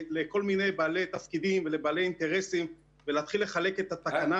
לכל מיני בעלי תפקידים ולבעלי אינטרסים ולהתחיל לחלק את התקנה